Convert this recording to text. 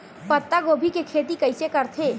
पत्तागोभी के खेती कइसे करथे?